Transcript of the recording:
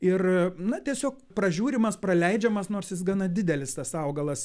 ir na tiesiog pražiūrimas praleidžiamas nors jis gana didelis tas augalas